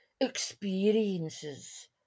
Experiences